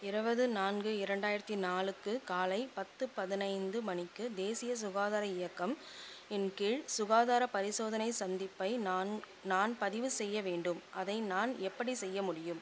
இருபது நான்கு இரண்டாயிரத்தி நாலுக்கு காலை பத்து பதினைந்து மணிக்கு தேசிய சுகாதார இயக்கம் இன் கீழ் சுகாதாரப் பரிசோதனை சந்திப்பை நான் நான் பதிவு செய்ய வேண்டும் அதை நான் எப்படிச் செய்ய முடியும்